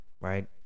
right